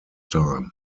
time